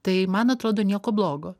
tai man atrodo nieko blogo